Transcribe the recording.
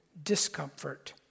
discomfort